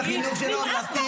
אם כן, אנחנו עוברים להמשך הלו"ז.